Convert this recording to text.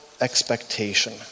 expectation